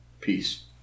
peace